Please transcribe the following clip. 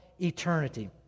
eternity